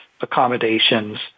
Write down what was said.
accommodations